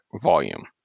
volume